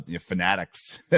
fanatics